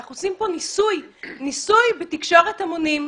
אנחנו עושים פה ניסוי בתקשורת המונים.